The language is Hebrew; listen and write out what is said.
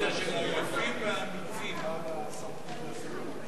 הרבה אומץ אתם צריכים.